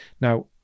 Now